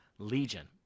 Legion